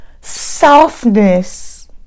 softness